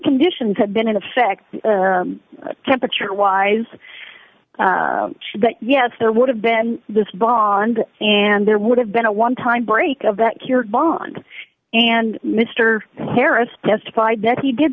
conditions had been in effect temperature wise that yes there would have been this blonde and there would have been a one time break of that cured bond and mr harris testified that he did